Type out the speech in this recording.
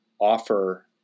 offer